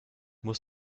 muss